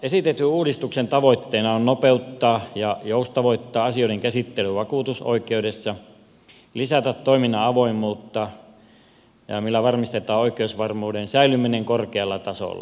esitetyn uudistuksen tavoitteena on nopeuttaa ja joustavoittaa asioiden käsittelyä vakuutusoi keudessa lisätä toiminnan avoimuutta millä varmistetaan oikeusvarmuuden säilyminen korkealla tasolla